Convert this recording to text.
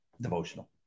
devotional